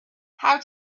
how